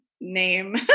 name